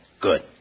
Good